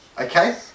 Okay